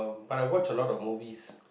but I watch a lot of movies